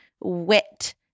wit